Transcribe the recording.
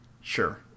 Sure